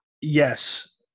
Yes